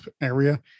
area